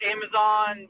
Amazon